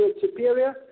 superior